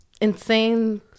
insane